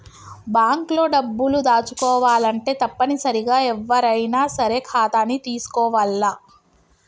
bank లో డబ్బులు దాచుకోవాలంటే తప్పనిసరిగా ఎవ్వరైనా సరే ఖాతాని తీసుకోవాల్ల